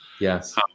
Yes